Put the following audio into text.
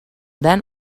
then